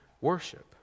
worship